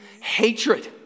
hatred